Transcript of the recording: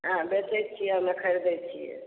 अहाँ बेचैत छियै हमे खरिदैत छियै